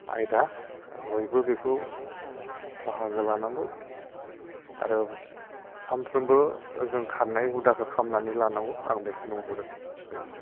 आयदा बयबो बेखौ बाहागो लानांगौ आरो सानफ्रोमबो जों खारनाय हुदाखौ खालामनानै लानांगौ आं बेखौ बुंहरो गोजोन्थों